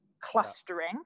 clustering